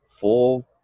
four